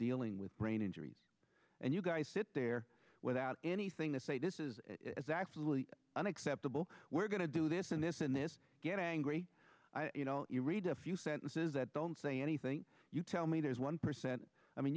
dealing with brain injuries and you guys sit there without anything to say this is exactly unacceptable we're going to do this and this and this get angry you know you read a few sentences that don't say anything you tell me there's one percent i mean